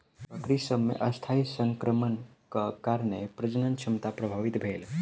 बकरी सभ मे अस्थायी संक्रमणक कारणेँ प्रजनन क्षमता प्रभावित भेल